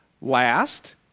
last